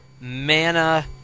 mana